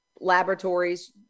laboratories